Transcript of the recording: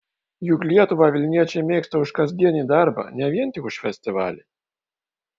juk lietuvą vilniečiai mėgsta už kasdienį darbą ne vien tik už festivalį